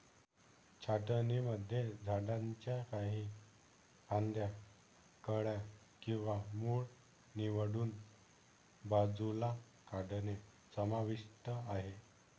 छाटणीमध्ये झाडांच्या काही फांद्या, कळ्या किंवा मूळ निवडून बाजूला काढणे समाविष्ट आहे